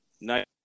nice